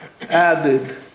added